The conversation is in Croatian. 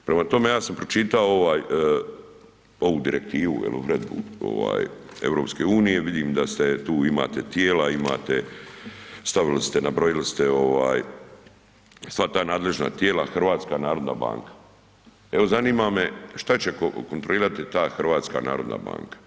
Prema tome, ja sam pročitao ovu direktivu ili uredbu EU, vidim da tu imate tijela, imate stavili ste nabrojili ste sva ta nadležna tijela HNB, evo zanima me šta će kontrolirati ta HNB.